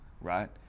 right